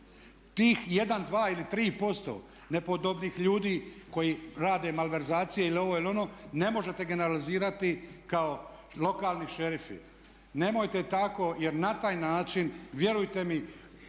ili tri posto nepodobnih ljudi koji rade malverzacije ili ovo ili ono ne možete generalizirati kao lokalni šerifi. Nemojte tako, jer na taj način vjerujte mi